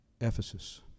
Ephesus